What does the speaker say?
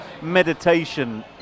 meditation